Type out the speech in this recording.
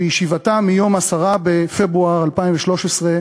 בישיבתה מיום 10 בפברואר 2013,